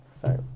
Sorry